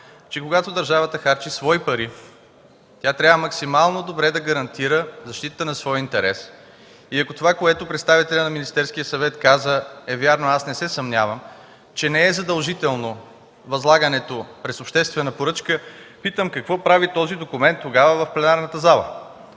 че когато държавата харчи свои пари, тя трябва максимално добре да гарантира защитата на своя интерес. Ако това, което каза представителят на Министерския съвет, е вярно, аз не се съмнявам, че не е задължително възлагането през обществена поръчка, питам какво прави този документ тогава в пленарната зала?